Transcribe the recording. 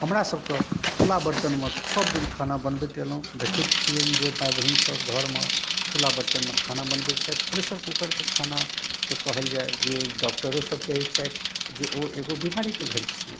हमरा सब कऽ खुला बर्तनमे सब दिन खाना बनबैत एलहुँ देखैत छिअनि जे मैआ बहिन सब घरमे खुला बर्तनमे खाना बनबैत छथि प्रेशर कूकरके खाना तऽ कहल जाय जे डॉक्टरो सब कहैत छथि जे ओ एगो बीमारीके घर छियै